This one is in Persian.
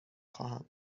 خواهم